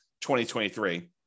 2023